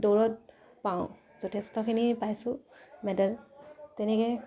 দৌৰত পাওঁ যথেষ্টখিনি পাইছোঁ মেডেল তেনেকে